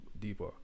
deeper